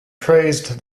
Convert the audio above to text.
praised